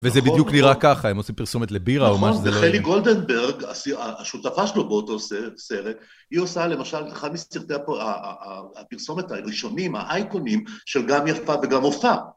וזה בדיוק נראה ככה, הם עושים פרסומת לבירה או מה שזה לא יהיה. נכון, וחלי גולדנברג, השותפה שלו באותו סרט, היא עושה למשל את אחד מסרטי הפרסומת הראשונים, האייקוניים, של גם יפה וגם אופה.